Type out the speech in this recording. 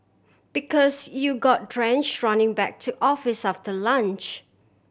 because you got drench running back to office after lunch